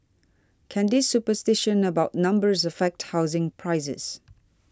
can this superstition about numbers affect housing prices